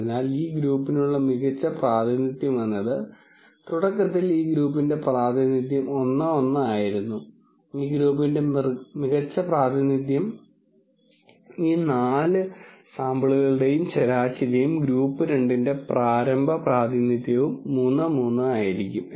അതിനാൽ ഈ ഗ്രൂപ്പിനുള്ള മികച്ച പ്രാതിനിധ്യം എന്നത് തുടക്കത്തിൽ ഈ ഗ്രൂപ്പിന്റെ പ്രാതിനിധ്യം 1 1 ആയിരുന്നു ഈ ഗ്രൂപ്പിന്റെ മികച്ച പ്രാതിനിധ്യം ഈ 4 സാമ്പിളുകളുടെയും ശരാശരിയും ഗ്രൂപ്പ് 2 ന്റെ പ്രാരംഭ പ്രാതിനിധ്യവും 3 3 ആയിരിക്കും